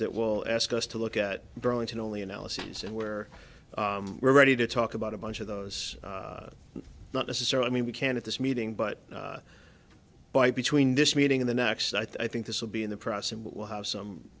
that will ask us to look at burlington only analyses and where we're ready to talk about a bunch of those not necessary i mean we can't at this meeting but by between this meeting in the next i think this will be in the press and we'll have some